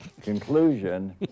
conclusion